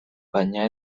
baina